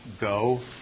Go